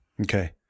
Okay